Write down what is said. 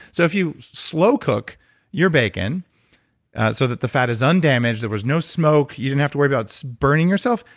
so if you slow cook your bacon so that the fat is undamaged, there was no smoke. you don't have to worry about burning yourself.